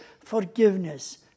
forgiveness